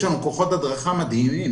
יש לנו כוחות הדרכה מדהימים.